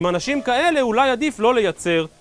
עם אנשים כאלה אולי עדיף לא לייצר